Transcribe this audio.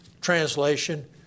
translation